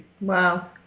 Wow